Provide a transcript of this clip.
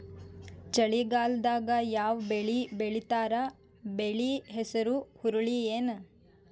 ಚಳಿಗಾಲದಾಗ್ ಯಾವ್ ಬೆಳಿ ಬೆಳಿತಾರ, ಬೆಳಿ ಹೆಸರು ಹುರುಳಿ ಏನ್?